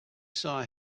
saw